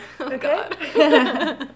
Okay